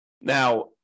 Now